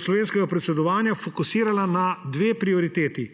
slovenskega predsedovanja fokusirala na dve prioriteti.